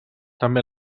també